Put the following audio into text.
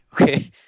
okay